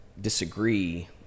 disagree